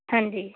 ਹਾਂਜੀ